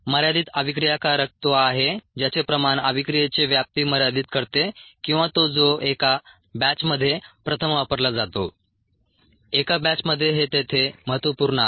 मर्यादित अभिक्रियाकारक तो आहे ज्याचे प्रमाण अभिक्रियेची व्याप्ती मर्यादित करते किंवा तो जो एका बॅचमध्ये प्रथम वापरला जातो एका बॅचमध्ये हे तेथे महत्त्वपूर्ण आहे